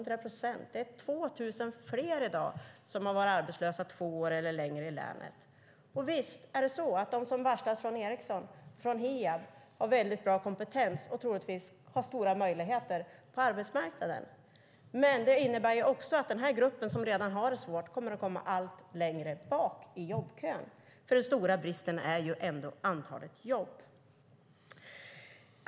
Det är 2 000 fler i dag som har varit arbetslösa två år eller längre i länet. Visst har de som varslats på Ericsson och Hiab väldigt bra kompetens. De har troligtvis stora möjligheter på arbetsmarknaden. Men det innebär att den grupp som redan har det svårt kommer att komma allt längre bak i jobbkön, för den stora bristen handlar ändå om antalet jobb.